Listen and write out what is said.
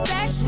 Sex